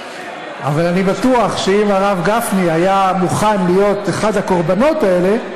אבל אני בטוח שאם הרב גפני היה מוכן להיות אחד הקורבנות האלה,